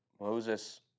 Moses